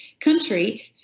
country